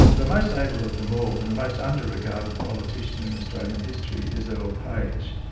the most able of them all, and the most under-regarded politician in australian history is earle page,